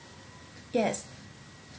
yes